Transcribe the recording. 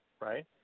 right